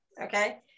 Okay